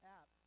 app